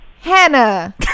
Hannah